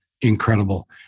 incredible